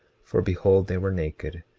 for behold they were naked,